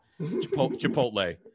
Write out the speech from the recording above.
Chipotle